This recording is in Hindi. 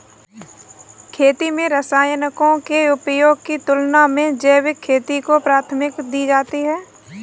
खेती में रसायनों के उपयोग की तुलना में जैविक खेती को प्राथमिकता दी जाती है